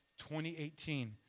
2018